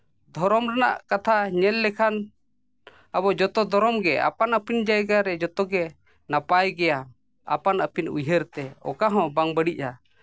ᱫᱷᱚᱨᱚᱢ ᱨᱮᱱᱟᱜ ᱠᱟᱛᱷᱟ ᱧᱮᱞ ᱞᱮᱠᱷᱟᱱ ᱟᱵᱚ ᱡᱚᱛᱚ ᱫᱷᱚᱨᱚᱢ ᱜᱮ ᱟᱯᱟᱱ ᱟᱹᱯᱤᱱ ᱡᱟᱭᱜᱟ ᱨᱮ ᱡᱚᱛᱚᱜᱮ ᱱᱟᱯᱟᱭ ᱜᱮᱭᱟ ᱟᱯᱟᱱ ᱟᱹᱯᱤᱱ ᱩᱭᱦᱟᱹᱨ ᱛᱮ ᱚᱠᱟ ᱦᱚᱸ ᱵᱟᱝ ᱵᱟᱹᱲᱤᱡᱼᱟ